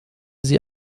sie